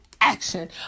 action